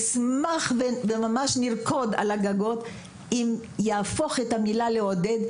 נשמח וממש נרקוד על הגגות אם הוא יהפוך את המילה: "לעודד",